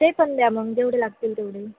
ते पण द्या मग जेवढे लागतील तेवढे